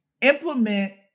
implement